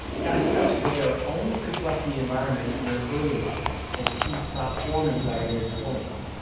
the isotopes there only reflect the environment from your early life, since teeth stop forming by your mid-twenties.